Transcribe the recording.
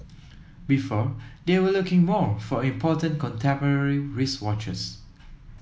before they were looking more for important contemporary wristwatches